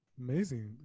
Amazing